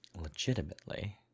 legitimately